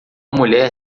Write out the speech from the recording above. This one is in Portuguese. mulher